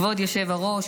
כבוד היושב-ראש,